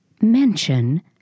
mention